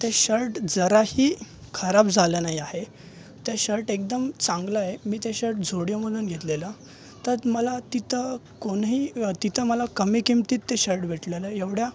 ते शर्ट जराही खराब झालं नाही आहे ते शर्ट एकदम चांगलंय मी ते शर्ट झोडिओमधून घेतलेलं तर मला तिथं कोणीही तिथं मला कमी किमतीत ते शर्ट भेटलेलं एवढ्या